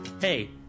Hey